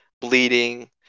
bleeding